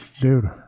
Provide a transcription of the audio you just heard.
Dude